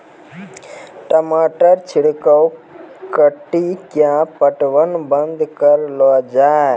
टमाटर छिड़काव कड़ी क्या पटवन बंद करऽ लो जाए?